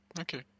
Okay